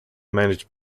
managed